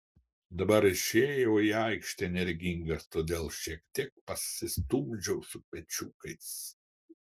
dabar išėjau į aikštelę energingas todėl šiek tiek pasistumdžiau su pečiukais